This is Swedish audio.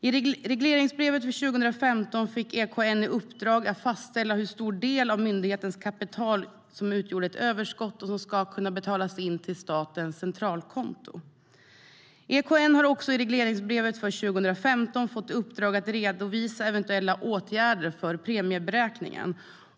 I regleringsbrevet för 2015 fick EKN i uppdrag att fastställa hur stor del av myndighetens kapital som utgjorde ett överskott och ska kunna betalas in till statens centralkonto. EKN har också i regleringsbrevet för 2015 fått i uppdrag att redovisa eventuella åtgärder för premieberäkningen.